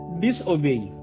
disobey